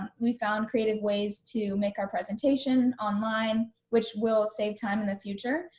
um we found creative ways to make our presentation online, which will save time in the future,